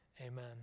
Amen